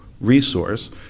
resource